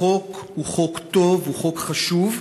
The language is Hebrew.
החוק הוא חוק טוב, הוא חוק חשוב,